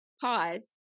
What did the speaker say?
pause